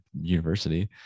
university